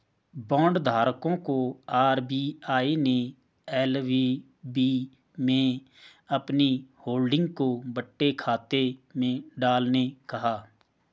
bond धारकों को RBI ने एल.वी.बी में अपनी होल्डिंग को बट्टे खाते में डालने कहा